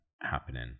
happening